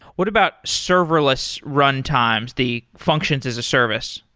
what about serverless runtimes? the functions as a service?